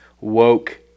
woke